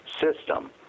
system